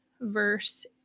verse